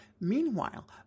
Meanwhile